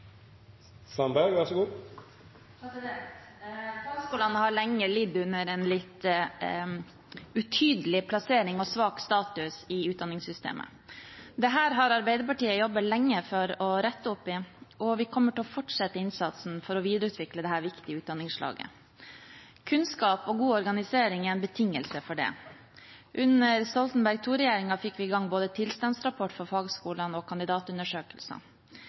svak status i utdanningssystemet. Dette har Arbeiderpartiet jobbet lenge for å rette opp i, og vi kommer til å fortsette innsatsen for å videreutvikle dette viktige utdanningsslaget. Kunnskap og god organisering er en betingelse for det. Under Stoltenberg II-regjeringen fikk vi i gang både tilstandsrapport for fagskolene og